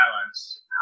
violence